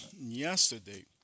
Yesterday